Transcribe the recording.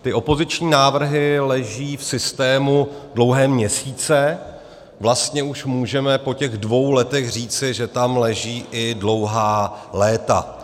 Ty opoziční návrhy leží v systému dlouhé měsíce, vlastně už můžeme po těch dvou letech říci, že tam leží i dlouhá léta.